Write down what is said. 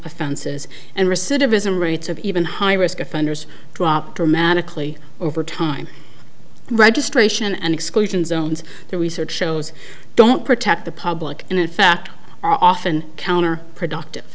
offenses and recidivism rates of even high risk offenders drop dramatically over time registration and exclusion zones the research shows don't protect the public and in fact often counter productive